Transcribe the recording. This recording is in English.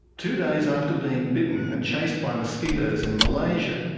two days after being bitten and chased by mosquitoes in malaysia,